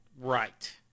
Right